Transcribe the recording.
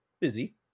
busy